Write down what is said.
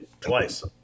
twice